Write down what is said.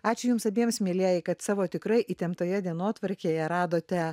ačiū jums abiems mielieji kad savo tikrai įtemptoje dienotvarkėje radote